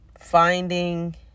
finding